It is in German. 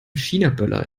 chinaböller